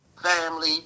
family